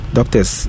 Doctors